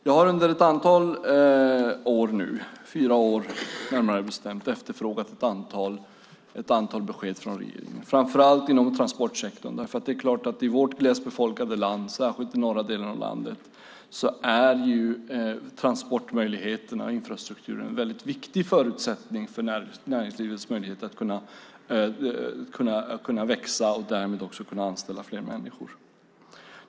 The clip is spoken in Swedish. Jag har under ett antal år nu, närmare bestämt fyra år, efterfrågat ett antal besked från regeringen, framför allt om transportsektorn. I vårt glesbefolkade land, särskilt i den norra delen av landet, är transportmöjligheterna och infrastrukturen väldigt viktiga förutsättningar för näringslivet möjligheter att växa och därmed anställa fler människor.